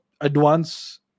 advance